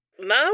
No